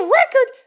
record